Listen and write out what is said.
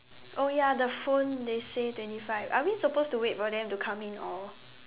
oh ya the phone they say twenty five are we supposed to wait for them to come in or